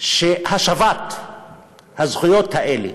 שהשבת הזכויות האלה,